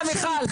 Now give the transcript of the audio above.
שנייה מיכל.